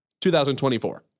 2024